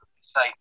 say